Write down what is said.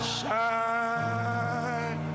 shine